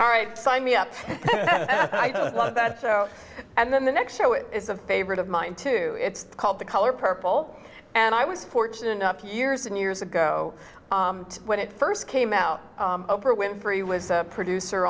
all right sign me up like that and then the next show it is a favorite of mine too it's called the color purple and i was fortunate enough years and years ago when it first came out oprah winfrey was a producer